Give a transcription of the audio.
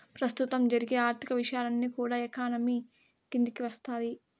ప్రస్తుతం జరిగే ఆర్థిక విషయాలన్నీ కూడా ఎకానమీ కిందికి వత్తాయి